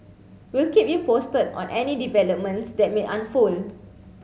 we'll keep you posted on any developments that may unfold